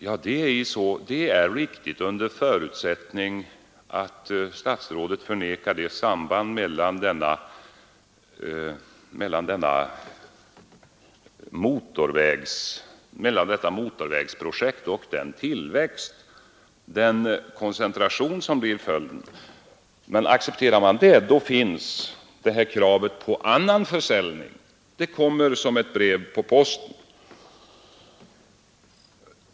Det är riktigt under förutsättning att statsrådet förnekar sambandet mellan detta motorvägsprojekt och den koncentration som blir följden. Men accepterar man den finns kravet på ytterligare mark det kommer som ett brev på posten.